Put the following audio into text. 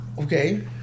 Okay